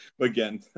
again